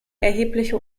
erhebliche